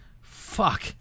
Fuck